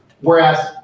Whereas